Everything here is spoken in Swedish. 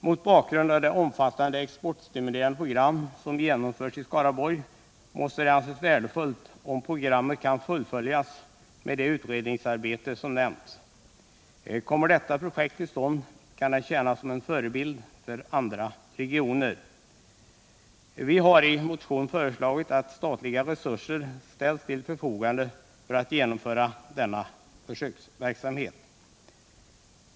Mot bakgrund av det omfattande exportstimulerande program som genomförs i Skaraborg måste det anses värdefullt om programmet kan fullföljas med det utredningsarbete som nämnts. Kommer detta projekt till stånd kan det tjäna som en förebild för andra regioner. Vi har i motion föreslagit att statliga resurser ställs till förfogande för att genomföra denna försöksverksamhet.